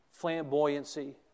flamboyancy